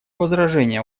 возражения